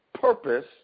Purpose